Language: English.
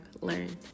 learned